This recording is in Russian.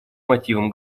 мотивам